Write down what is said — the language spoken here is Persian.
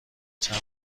چند